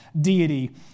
deity